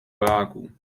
vojáků